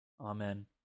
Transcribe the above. Amen